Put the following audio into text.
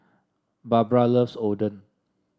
Barbra loves Oden